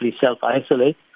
self-isolate